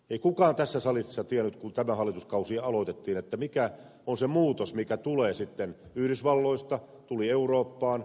ei kukaan tässä salissa tiennyt kun tämä hallituskausi alkoi mikä on se muutos mikä tulee yhdysvalloista eurooppaan